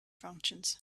functions